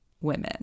women